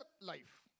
life